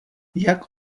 jak